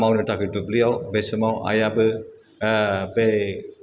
मावनो थाखाय दुब्लियाव बे समाव आइ आबो बै